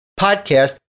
podcast